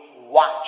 watch